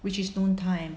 which is noon time